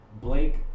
Blake